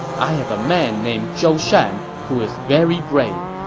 i have a man named zhou shan who is very brave.